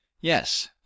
Yes